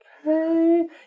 okay